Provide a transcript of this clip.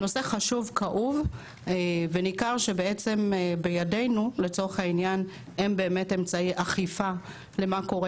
זה נושא חשוב וכאוב וניכר שבידינו אין אמצעי אכיפה מה קורה